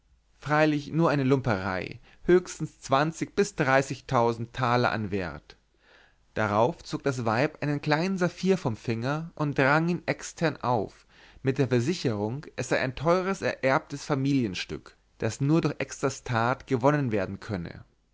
freilich nur eine lumperei höchstens zwanzig bis dreißigtausend taler an wert darauf zog das weib einen kleinen saphir vom finger und drang ihn extern auf mit der versicherung es sei ein teures ererbtes familienstück das nur durch exters tat gewonnen werden könne